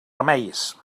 remeis